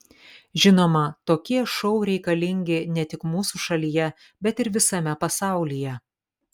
žinoma tokie šou reikalingi ne tik mūsų šalyje bet ir visame pasaulyje